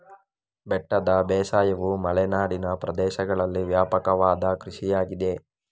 ಬೆಟ್ಟದ ಬೇಸಾಯವು ಮಲೆನಾಡಿನ ಪ್ರದೇಶಗಳಲ್ಲಿ ವ್ಯಾಪಕವಾದ ಕೃಷಿಯಾಗಿದೆ